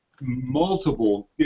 multiple